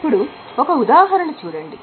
ఇప్పుడు ఒక ఉదాహరణ చూడండి